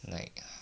like